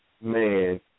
man